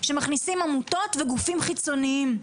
שמכניסים עמותות וגופים חיצוניים.